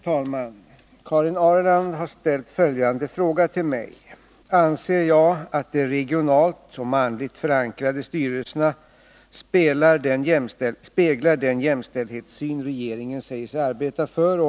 Herr talman! Karin Ahrland har ställt följande fråga till mig: ”Anser industriministern att de regionalt — och manligt — förankrade styrelserna speglar den jämställdhetssyn regeringen säger sig arbeta för?